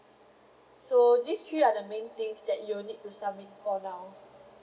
so this three are the main things that you need to submit for now